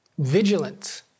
vigilant